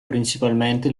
principalmente